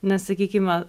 na sakykime